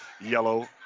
yellow